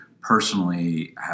personally